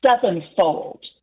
sevenfold